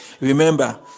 Remember